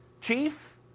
chief